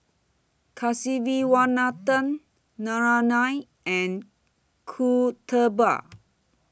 Kasiviswanathan Naraina and Kasturba